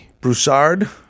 Broussard